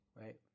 right